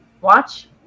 watch